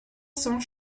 cents